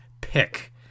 pick